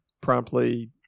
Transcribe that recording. promptly